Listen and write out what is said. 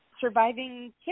surviving